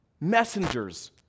messengers